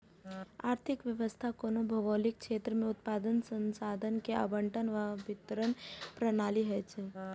आर्थिक व्यवस्था कोनो भौगोलिक क्षेत्र मे उत्पादन, संसाधन के आवंटन आ वितरण प्रणाली होइ छै